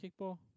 kickball